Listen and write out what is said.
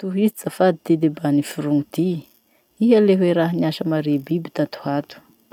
Tohizo zafady ty debat niforony ty: Iha le hoe raha niasa mare biby tatohato.